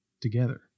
together